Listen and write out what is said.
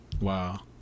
wow